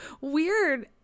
weird